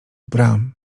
bram